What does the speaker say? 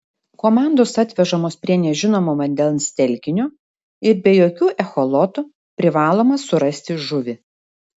komandos atvežamos prie nežinomo vandens telkinio ir be jokių echolotų privaloma surasti žuvį